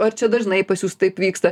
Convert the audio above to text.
ar čia dažnai pas jus taip vyksta